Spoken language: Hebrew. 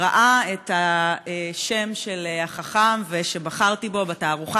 והוא ראה את השם של החכם שבחרתי בו בתערוכה